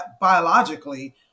biologically